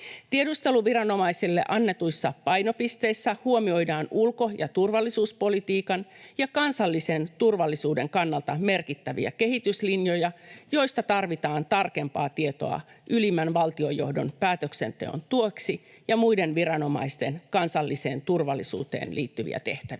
Tiedusteluviranomaisille annetuissa painopisteissä huomioidaan ulko- ja turvallisuuspolitiikan ja kansallisen turvallisuuden kannalta merkittäviä kehityslinjoja, joista tarvitaan tarkempaa tietoa ylimmän valtionjohdon päätöksenteon tueksi ja muiden viranomaisten kansalliseen turvallisuuteen liittyviä tehtäviä